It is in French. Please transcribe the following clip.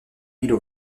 milles